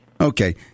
Okay